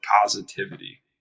positivity